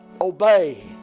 obey